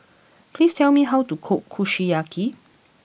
please tell me how to cook Kushiyaki